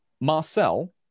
Marcel